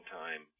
time